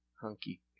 hunky